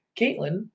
caitlin